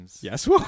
Yes